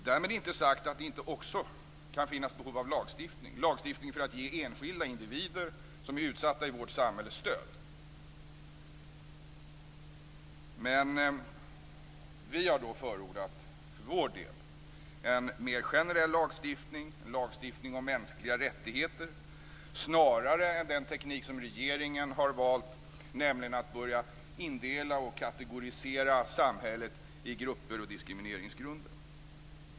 Därmed inte sagt att det inte också kan finnas behov av lagstiftning för att ge enskilda individer som är utsatta i vårt samhälle stöd. Men vi har för vår del förordat en mer generell lagstiftning, en lagstiftning om mänskliga rättigheter snarare än den teknik som regeringen har valt, nämligen att börja indela och kategorisera samhället i grupper och diskrimineringsgrunder.